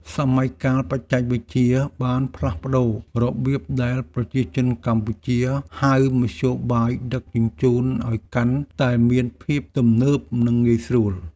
សម័យកាលបច្ចេកវិទ្យាបានផ្លាស់ប្តូររបៀបដែលប្រជាជនកម្ពុជាហៅមធ្យោបាយដឹកជញ្ជូនឱ្យកាន់តែមានភាពទំនើបនិងងាយស្រួល។